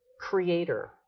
Creator